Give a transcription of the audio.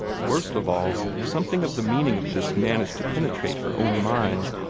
worst of all, something of the meaning of this managed to penetrate her own mind.